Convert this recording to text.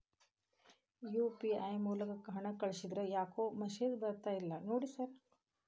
UPI ಮೂಲಕ ಹಣ ಕಳಿಸಿದ್ರ ಯಾಕೋ ಮೆಸೇಜ್ ಬರ್ತಿಲ್ಲ ನೋಡಿ ಸರ್?